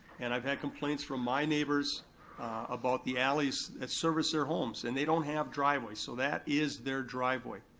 and i've had complaints from my neighbors about the alleys that service their homes, and they don't have driveways, so that is their driveway.